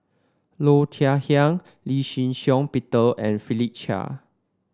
Low Thia Khiang Lee Shih Shiong Peter and Philip Chia